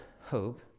hope